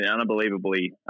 unbelievably